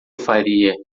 faria